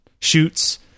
shoots